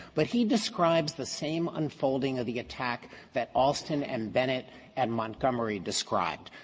but he describes the same unfolding of the attack that alston and bennett and montgomery described.